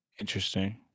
Interesting